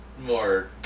more